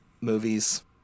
movies